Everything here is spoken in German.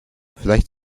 vielleicht